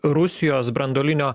rusijos branduolinio